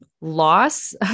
loss